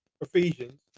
Ephesians